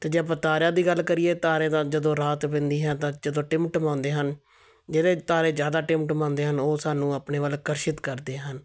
ਅਤੇ ਜੇ ਆਪਾਂ ਤਾਰਿਆਂ ਦੀ ਗੱਲ ਕਰੀਏ ਤਾਰੇ ਤਾਂ ਜਦੋਂ ਰਾਤ ਪੈਂਦੀ ਹੈ ਤਾਂ ਜਦੋਂ ਟਿਮਟਮਾਉਂਦੇ ਹਨ ਜਿਹੜੇ ਤਾਰੇ ਜ਼ਿਆਦਾ ਟਿਮਟਮਾਉਂਦੇ ਹਨ ਉਹ ਸਾਨੂੰ ਆਪਣੇ ਵੱਲ ਆਕਰਸ਼ਿਤ ਕਰਦੇ ਹਨ